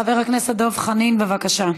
חבר הכנסת דב חנין, בבקשה.